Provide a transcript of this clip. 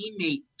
teammate